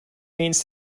means